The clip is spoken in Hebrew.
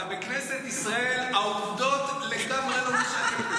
אתה בכנסת ישראל, העובדות לגמרי לא משנות.